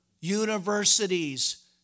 universities